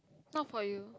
not for you